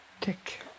Dick